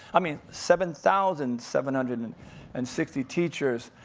i mean, seven thousand seven hundred and and sixty teachers.